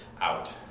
out